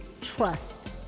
trust